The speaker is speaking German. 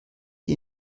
die